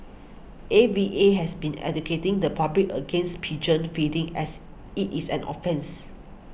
A V A has been educating the public against pigeon feeding as it is an offence